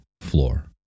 floor